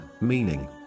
meaning